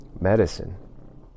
medicine